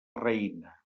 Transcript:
reina